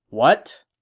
what?